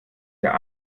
der